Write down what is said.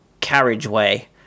carriageway